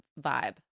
vibe